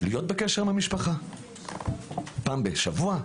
להיות בקשר עם המשפחה פעם בשבוע,